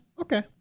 Okay